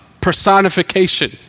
Personification